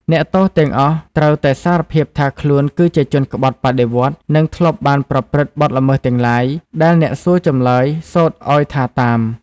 អ្នកទោសទាំងអស់ត្រូវតែសារភាពថាខ្លួនគឺជាជនក្បត់បដិវត្តន៍ និងធ្លាប់បានប្រព្រឹត្តបទល្មើសទាំងឡាយ ដែលអ្នកសួរចម្លើយសូត្រអោយថាតាម ។